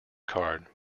card